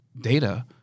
data